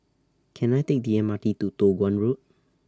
Can I Take The M R T to Toh Guan Road